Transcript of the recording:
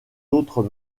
autres